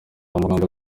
mnangagwa